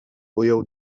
ujął